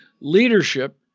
leadership